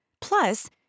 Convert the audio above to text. Plus